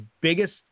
biggest